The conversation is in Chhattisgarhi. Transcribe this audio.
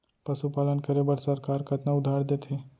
पशुपालन करे बर सरकार कतना उधार देथे?